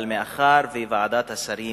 אבל מאחר שוועדת השרים